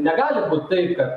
negali būt taip kad